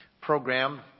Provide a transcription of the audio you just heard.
program